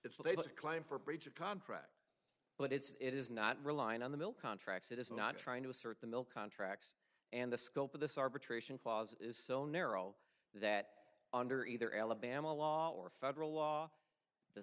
that's labeled a claim for breach of contract but it's it is not reliant on the mill contracts it is not trying to assert the mill contracts and the scope of this arbitration clause is so narrow that under either alabama law or federal law the